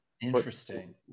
interesting